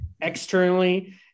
externally